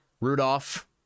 Rudolph